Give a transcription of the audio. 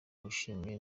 wishimye